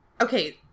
Okay